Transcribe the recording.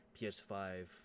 PS5